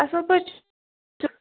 اصٕل پٲٹھۍ